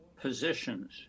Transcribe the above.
positions